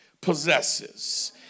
possesses